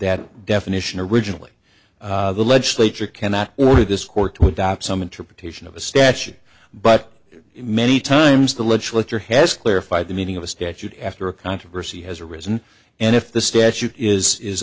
that definition originally the legislature cannot order this court to adopt some interpretation of a statute but many times the legislature has clarified the meaning of a statute after a controversy has arisen and if the statute is